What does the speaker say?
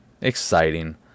Exciting